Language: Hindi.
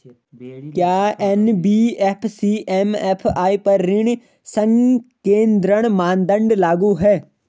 क्या एन.बी.एफ.सी एम.एफ.आई पर ऋण संकेन्द्रण मानदंड लागू हैं?